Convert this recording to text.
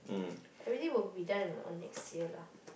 already will be done or not or next year lah